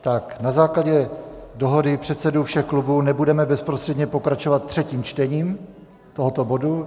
Na základě dohody předsedů všech klubů nebudeme bezprostředně pokračovat třetím čtením tohoto bodu.